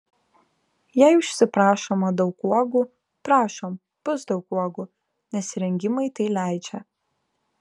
jei užsiprašoma daug uogų prašom bus daug uogų nes įrengimai tai leidžia